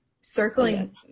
circling